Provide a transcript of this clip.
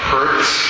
Hurts